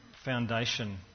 foundation